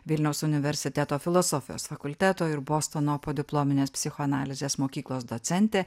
vilniaus universiteto filosofijos fakulteto ir bostono podiplominės psichoanalizės mokyklos docentė